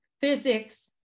physics